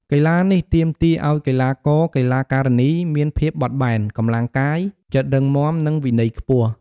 កីឡានេះទាមទារឲ្យកីឡាករ-កីឡាការិនីមានភាពបត់បែន កម្លាំងកាយ ចិត្តរឹងមាំ និងវិន័យខ្ពស់។